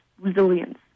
resilience